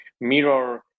mirror